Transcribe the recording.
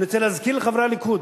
אני רוצה להזכיר לחברי הליכוד,